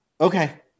Okay